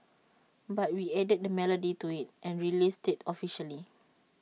but we added the melody to IT and released IT officially